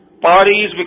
parties